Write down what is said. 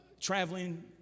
traveling